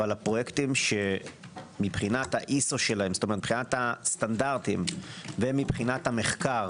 אבל הפרויקטים שמבחינת הסטנדרטים ומבחינת המחקר